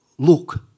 Look